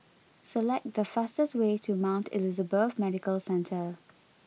select the fastest way to Mount Elizabeth Medical Centre